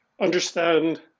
understand